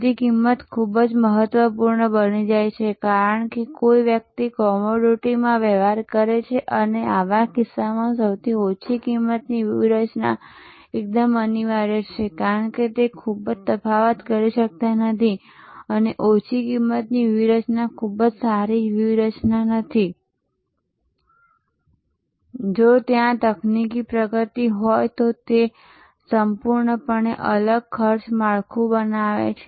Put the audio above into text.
તેથી કિંમત ખૂબ જ મહત્વપૂર્ણ બની જાય છે કારણ કે કોઈ વ્યક્તિ કોમોડિટીમાં વ્યવહાર કરે છે અને આવા કિસ્સામાં ઓછી કિંમતની વ્યૂહરચના એકદમ અનિવાર્ય છે કારણ કે તમે ખૂબ જ તફાવત કરી શકતા નથી અનેઓછી કિંમતની વ્યૂહરચના ખૂબ સારી વ્યૂહરચના નથી જો ત્યાં તકનીકી પ્રગતિ હોય તો તે સંપૂર્ણપણે અલગ ખર્ચ માળખું બનાવે છે